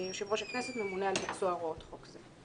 יושב-ראש הכנסת ממונה על ביצוע הוראות חוק זה.